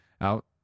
out